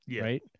right